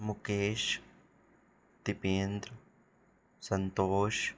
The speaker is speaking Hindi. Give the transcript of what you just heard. मुकेश दीपेंद्र संतोष